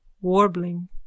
Warbling